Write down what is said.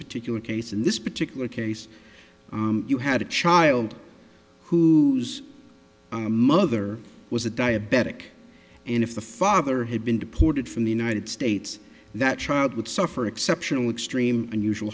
particular case in this particular case you had a child who mother was a diabetic and if the father had been deported from the united states that child would suffer exceptional extreme unusual